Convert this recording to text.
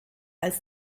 als